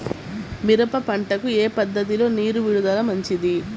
మిరప పంటకు ఏ పద్ధతిలో నీరు విడుదల మంచిది?